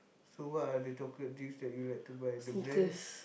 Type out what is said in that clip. so what are the chocolate drinks that you like to buy the brands